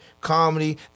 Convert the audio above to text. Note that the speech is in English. Comedy